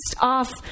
off